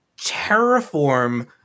terraform